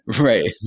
Right